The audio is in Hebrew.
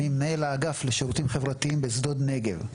אני מנהל האגף לשירותים חברתיים בשדות נגב.